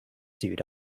sewed